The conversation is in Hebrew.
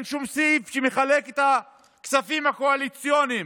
אין שום סעיף שמחלק את הכספים הקואליציוניים.